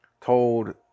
told